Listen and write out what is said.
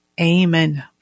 Amen